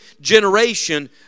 generation